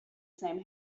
same